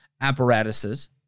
apparatuses